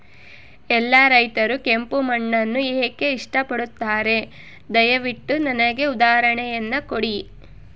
ಎಲ್ಲಾ ರೈತರು ಕೆಂಪು ಮಣ್ಣನ್ನು ಏಕೆ ಇಷ್ಟಪಡುತ್ತಾರೆ ದಯವಿಟ್ಟು ನನಗೆ ಉದಾಹರಣೆಯನ್ನ ಕೊಡಿ?